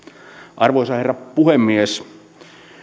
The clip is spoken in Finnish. arvoisa herra puhemies